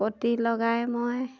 প্ৰতি লগাই মই